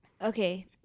Okay